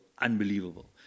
unbelievable